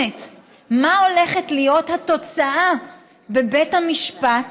מה הולכת להיות התוצאה בבית המשפט